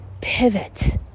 pivot